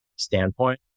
Standpoint